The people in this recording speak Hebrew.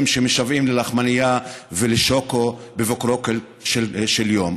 שמשוועים ללחמנייה ולשוקו בבוקרו של יום.